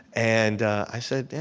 and i said, yeah